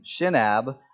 Shinab